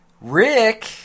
Rick